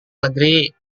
negeri